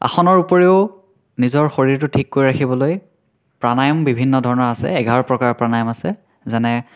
আসনৰ উপৰিও নিজৰ শৰীৰটো ঠিক কৰি ৰাখিবলৈ প্ৰাণায়াম বিভিন্ন ধৰণৰ আছে এঘাৰ প্ৰকাৰৰ প্ৰাণায়াম আছে যেনে